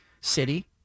city